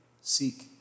seek